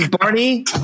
Barney